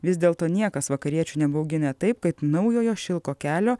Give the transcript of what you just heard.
vis dėlto niekas vakariečių nebaugina taip kad naujojo šilko kelio